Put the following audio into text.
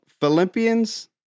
Philippians